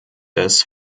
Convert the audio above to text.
des